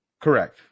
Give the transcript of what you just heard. Correct